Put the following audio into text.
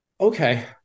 Okay